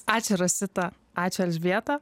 ačiū rosita ačiū elžbieta